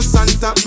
Santa